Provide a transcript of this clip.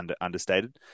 understated